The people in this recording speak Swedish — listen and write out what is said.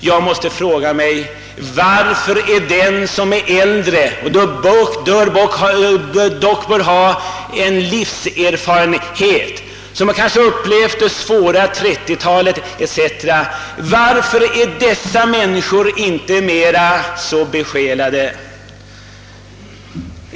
Man kan fråga sig varför de som är äldre och bör ha livserfarenhet, inte ägnar större intresse, större kraft åt denna fråga?